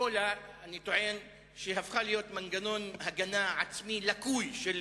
אני טוען שיש אסכולה שהפכה להיות מנגנון הגנה עצמית לקוי של